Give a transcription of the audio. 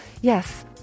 yes